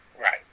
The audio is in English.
Right